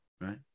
right